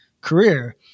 career